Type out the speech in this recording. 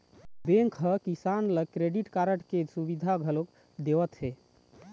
bank ह किसान ल क्रेडिट कारड के सुबिधा घलोक देवत हे